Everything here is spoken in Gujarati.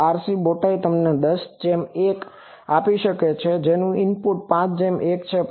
તો RC બોટાઈ તમને 10 જેમ 1 આપી શકે છે જેનું ઇનપુટ છે 5 જેમ 1